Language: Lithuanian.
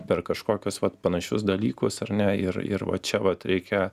per kažkokius vat panašius dalykus ar ne ir ir va čia vat reikia